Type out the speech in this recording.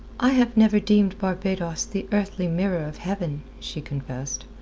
i have never deemed barbados the earthly mirror of heaven, she confessed.